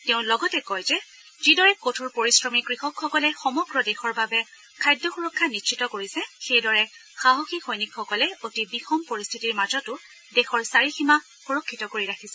তেওঁ লগতে কয় যে যিদৰে কঠোৰ পৰিশ্ৰমী কৃষকসকলে সমগ্ৰ দেশৰ বাবে খাদ্য সূৰক্ষা নিশ্চিত কৰিছে সেইদৰে সাহসী সৈনিকসকলে অতি বিষম পৰিস্থিতিৰ মাজতো দেশৰ চাৰিসীমা সুৰক্ষিত কৰি ৰাখিছে